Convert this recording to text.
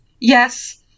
yes